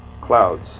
clouds